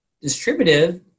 distributive